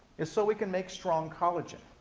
is so we can make strong collagen,